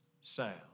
sound